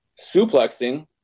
suplexing